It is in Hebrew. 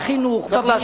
בחינוך, בבריאות.